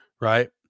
right